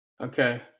Okay